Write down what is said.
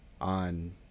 on